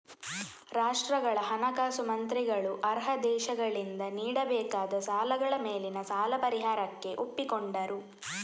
ರಾಷ್ಟ್ರಗಳ ಹಣಕಾಸು ಮಂತ್ರಿಗಳು ಅರ್ಹ ದೇಶಗಳಿಂದ ನೀಡಬೇಕಾದ ಸಾಲಗಳ ಮೇಲಿನ ಸಾಲ ಪರಿಹಾರಕ್ಕೆ ಒಪ್ಪಿಕೊಂಡರು